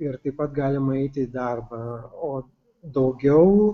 ir taip pat galima eiti į darbą o daugiau